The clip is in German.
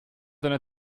seine